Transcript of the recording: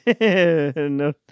No